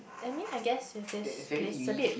that mean I guess with this place a bit